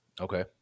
okay